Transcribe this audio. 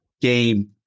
game